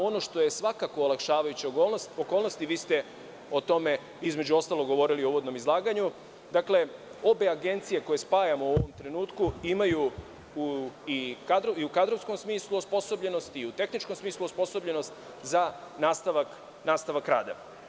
Ono što je svakako olakšavajuća okolnost, vi ste o tome između ostalog govorili u uvodnom izlaganju, obe agencije koje spajamo u ovom trenutku imaju i u kadrovskom smislu osposobljenost i u tehničkom smislu osposobljenost za nastavak rada.